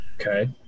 Okay